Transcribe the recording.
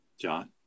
John